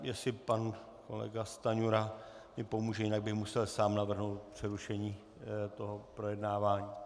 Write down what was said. Jestli pan kolega Stanjura mi pomůže, jinak bych musel sám navrhnout přerušení tohoto projednávání.